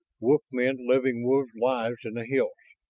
wolf men living wolves' lives in the hills.